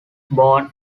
born